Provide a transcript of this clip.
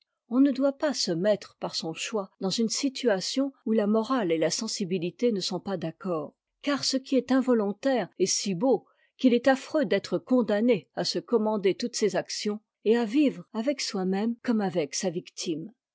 on ne doit pas se mettre par son choix dans une situation où la morale et la sensibilité ne sont pas d'accord car ce qui est involontaire est si beau qu'il est affreux d'être condamné à se commander toutes ses actions et à vivre avec soimême comme avec sa victime